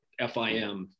FIM